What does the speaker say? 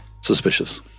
suspicious